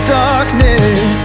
darkness